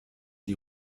die